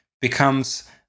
becomes